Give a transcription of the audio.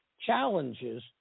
challenges